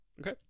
Okay